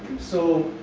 so,